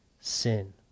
sin